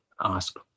ask